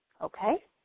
Okay